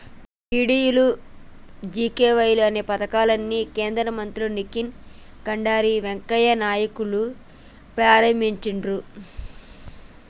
DDUGKY అనే పథకాన్ని కేంద్ర మంత్రులు నితిన్ గడ్కరీ, వెంకయ్య నాయుడులు ప్రారంభించిర్రు